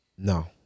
No